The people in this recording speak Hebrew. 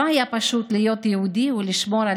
לא היה פשוט להיות יהודי ולשמור על